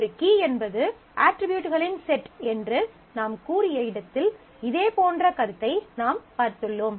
ஒரு கீ என்பது அட்ரிபியூட்களின் செட் என்று நாம் கூறிய இடத்தில் இதேபோன்ற கருத்தை நாம் பார்த்துள்ளோம்